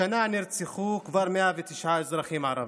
השנה נרצחו כבר 109 אזרחים ערבים.